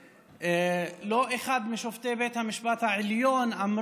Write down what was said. ולא אחד משופטי בית המשפט העליון אמר